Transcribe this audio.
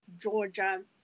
Georgia